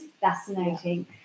fascinating